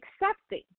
accepting